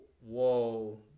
whoa